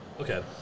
Okay